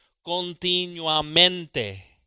continuamente